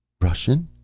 russian?